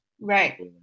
Right